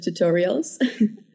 tutorials